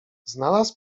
znalazł